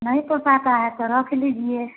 नहीं पोसाता है तो रख लीजिए